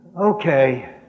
Okay